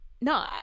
No